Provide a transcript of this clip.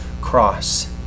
cross